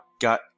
got